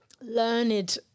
learned